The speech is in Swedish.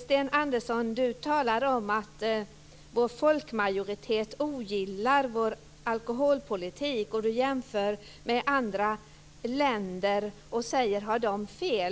Sten Andersson talar om att vår folkmajoritet ogillar vår alkoholpolitik. Han jämför med andra länder och frågar: Har de fel?